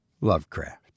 Lovecraft